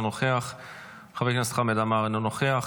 אינו נוכח,